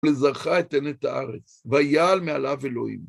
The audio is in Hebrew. לזרעך אתן את הארץ, ויעל מעליו אלוהים.